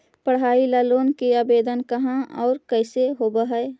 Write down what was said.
पढाई ल लोन के आवेदन कहा औ कैसे होब है?